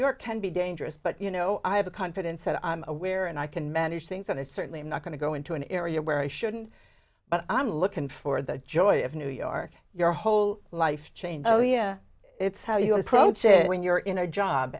york can be dangerous but you know i have a confidence that i'm aware and i can manage things and i certainly am not going to go into an area where i shouldn't but i'm lookin for the joy of new york your whole life change it's how you approach it when you're in a job